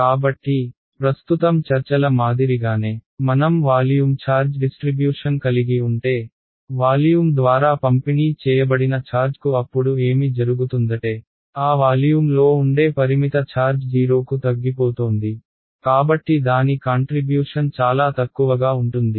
కాబట్టి ప్రస్తుతం చర్చల మాదిరిగానే మనం వాల్యూమ్ ఛార్జ్ డిస్ట్రిబ్యూషన్ కలిగి ఉంటే వాల్యూమ్ ద్వారా పంపిణీ చేయబడిన ఛార్జ్కు అప్పుడు ఏమి జరుగుతుందటే ఆ వాల్యూమ్లో ఉండే పరిమిత ఛార్జ్ 0 కు తగ్గిపోతోంది కాబట్టి దాని కాంట్రిబ్యూషన్ చాలా తక్కువగా ఉంటుంది